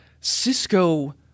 Cisco